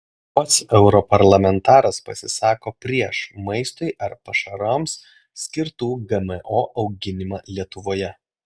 pats europarlamentaras pasisako prieš maistui ar pašarams skirtų gmo auginimą lietuvoje